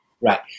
Right